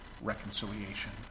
reconciliation